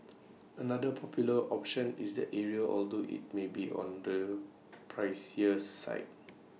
another popular option is the area although IT may be on the pricier side